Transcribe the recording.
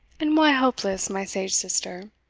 and why hopeless, my sage sister?